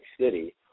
City